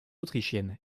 autrichienne